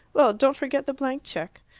well, don't forget the blank cheque.